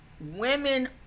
women